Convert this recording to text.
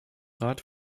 rat